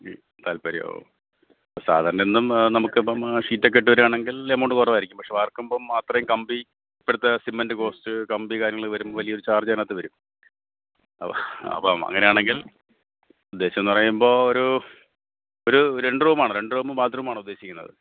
താല്പര്യമാവും സാധാരണ ഒന്നും നമുക്കിപ്പോള് ഷീറ്റൊക്കെ ഇട്ട് വരുകയാണെങ്കിൽ എമൗണ്ട് കുറവായിരിക്കും പക്ഷെ വാർക്കുമ്പോള് അത്രയും കമ്പി ഇപ്പോഴത്തെ സിമെന്റ് കോസ്റ്റ് കമ്പി കാര്യങ്ങള് വരുമ്പോള് വലിയൊരു ചാർജ്ജതിനകത്ത് വരും അപ്പോള് അങ്ങനെയാണെങ്കിൽ ഉദ്ദേശിച്ചതെന്നു പറയുമ്പോള് ഒരു ഒരു രണ്ട് റൂമാണ് രണ്ട് റൂമും ബാത്റൂമുമാണ് ഉദ്ദേശിക്കുന്നത്